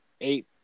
eight